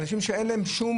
אנשים שאין להם שום